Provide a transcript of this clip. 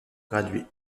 graduée